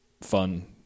fun